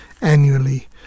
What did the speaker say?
annually